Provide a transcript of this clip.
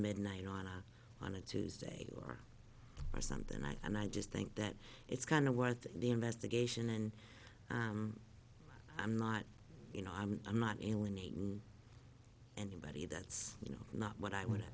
midnight on a on a tuesday or something and i just think that it's kind of what the investigation and i'm not you know i'm i'm not alienating and betty that's not what i would